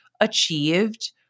achieved